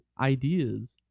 ideas